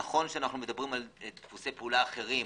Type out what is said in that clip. נכון שאנו מדברים על דפוסי פעולה אחרים,